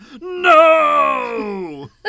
No